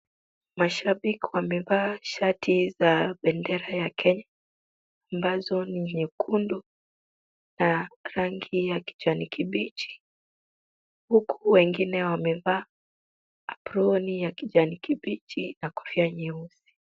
Mashabiki wamevaa shati ya bendera za Kenya, ambazo ni nyekundu na rangi ya kijani kibichi, huku wengine wamevaa aproni ya kijani kibichi na kofia nyeusi.